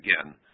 again